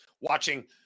Watching